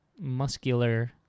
muscular